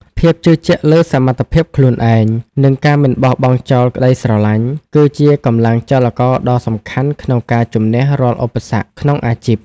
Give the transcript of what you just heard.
ភាពជឿជាក់លើសមត្ថភាពខ្លួនឯង និងការមិនបោះបង់ចោលក្តីស្រឡាញ់ គឺជាកម្លាំងចលករដ៏សំខាន់ក្នុងការជំនះរាល់ឧបសគ្គក្នុងអាជីព។